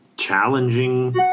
challenging